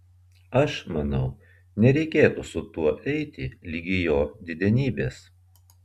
aš manau nereikėtų su tuo eiti ligi jo didenybės